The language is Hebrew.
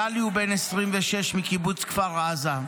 גלי הוא בן 26 מקיבוץ כפר עזה.